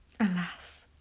Alas